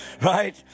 right